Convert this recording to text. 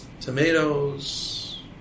Tomatoes